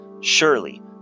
surely